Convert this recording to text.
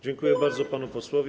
Dziękuję bardzo panu posłowi.